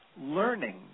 learning